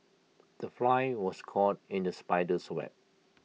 the fly was caught in the spider's web